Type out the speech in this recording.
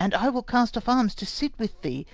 and i will cast off arms to sit with thee,